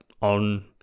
on